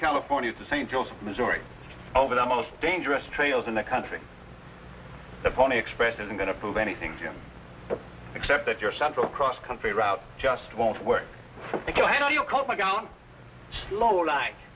california to st joseph missouri over the most dangerous trails in the country the pony express isn't going to prove anything to you except that your central cross country route just won't work